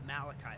Malachi